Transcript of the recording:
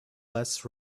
less